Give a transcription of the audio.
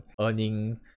earning